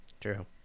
true